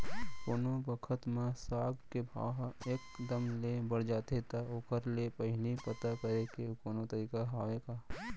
कोनो बखत म साग के भाव ह एक दम ले बढ़ जाथे त ओखर ले पहिली पता करे के कोनो तरीका हवय का?